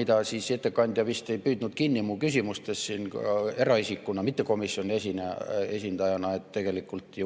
Mida ettekandja vist ei püüdnud kinni mu küsimustes siin eraisikuna, mitte komisjoni esindajana, on see, et tegelikult